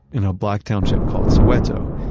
in a black township called soweto,